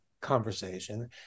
conversation